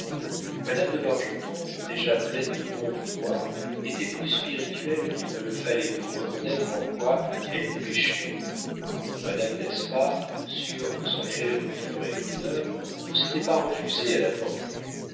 madame de bargeton déjà pleine de bon vouloir était plus spirituelle qu'il ne le fallait pour reconnaître en quoi elle péchait madame d'espard sûre que son élève lui ferait honneur ne s'était pas refusée à la